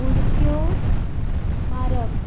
उडक्यो मारप